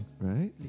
Right